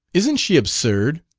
isn't she absurd!